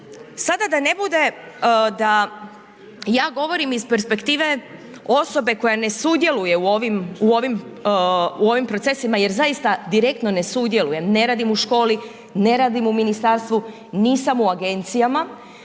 sada da ne bude da ja govorim iz perspektive osobe koja ne sudjeluje u ovim, u ovim, u ovim procesima jer zaista direktno ne sudjelujem, ne radim u školi, ne radim u ministarstvu, nisam u agencijama,